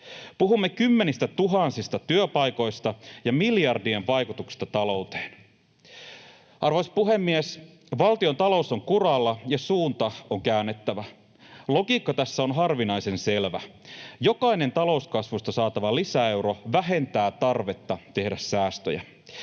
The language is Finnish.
Puhumme kymmenistä tuhansista työpaikoista ja miljardien vaikutuksesta talouteen. Arvoisa puhemies! Valtion talous on kuralla, ja suunta on käännettävä. Logiikka tässä on harvinaisen selvä: Jokainen talouskasvusta saatava lisäeuro vähentää tarvetta tehdä säästöjä.